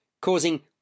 causing